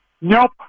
Nope